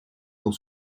dans